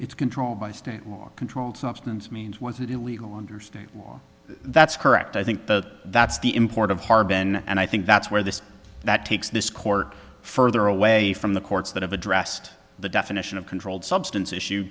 it's controlled by state law controlled substance means once it illegal under state law that's correct i think that that's the import of harbin and i think that's where this that takes this court further away from the courts that have addressed the definition of controlled substance issue